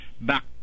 back